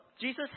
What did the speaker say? Jesus